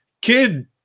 Kid